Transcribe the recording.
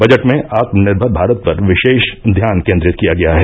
budget में आत्मनिर्भर भारत पर विशेष ध्यान केंद्रित किया गया है